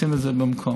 עושים את זה במקום.